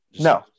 No